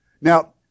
Now